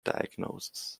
diagnoses